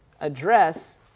address